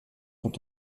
sont